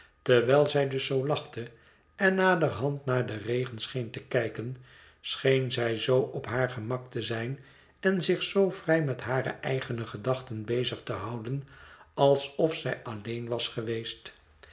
terwijl zij dus zoo lachte en naderhand naar den regen scheen te kijken scheen zij zoo op haar gemak te zijn en zich zoo vrij met hare eigene gedachten bezig te houden alsof zij alleen was geweest